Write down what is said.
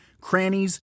crannies